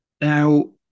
Now